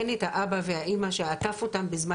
אין את האבא והאימא שעטפו אותם בזמן